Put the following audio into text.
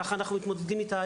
כך גם אנחנו מתמודדים היום,